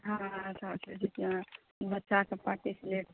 हँ सभ चीज जेना बच्चाके पढ़ैके लेल